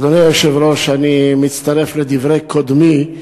אדוני היושב-ראש, אני מצטרף לדברי קודמי,